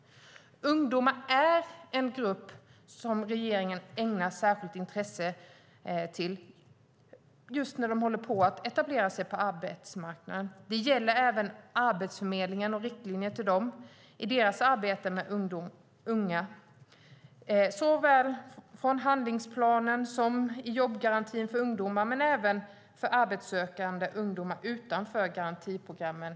Ungdomar är en grupp som regeringen ägnar särskilt intresse eftersom de just håller på att etablera sig på arbetsmarknaden. Det gäller även Arbetsförmedlingen och riktlinjer till den i arbetet med unga. Det handlar om såväl handlingsplanen som jobbgarantin för ungdomar, men det gäller även arbetssökande ungdomar utanför garantiprogrammen.